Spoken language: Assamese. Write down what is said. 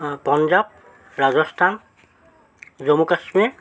পঞ্জাৱ ৰাজস্থান জম্মু কাশ্মীৰ